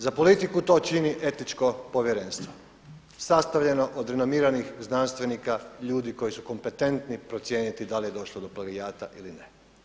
Za politiku to čini Etičko povjerenstvo sastavljeno od renomiranih znanstvenika, ljudi koji su kompetentni procijeniti da li je došlo do plagijata ili ne.